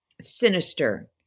sinister